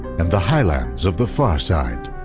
and the highlands of the far side.